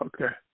Okay